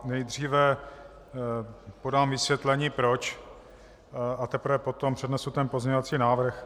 Nejdříve podám vysvětlení proč, a teprve potom přednesu pozměňovací návrh.